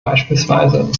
beispielsweise